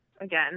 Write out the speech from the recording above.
again